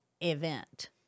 event